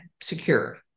secure